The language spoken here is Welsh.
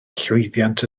llwyddiant